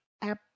app